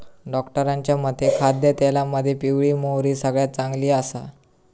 डॉक्टरांच्या मते खाद्यतेलामध्ये पिवळी मोहरी सगळ्यात चांगली आसा